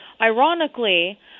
Ironically